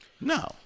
No